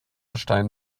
stein